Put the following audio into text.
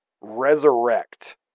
resurrect